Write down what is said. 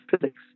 physics